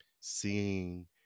seeing